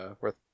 worth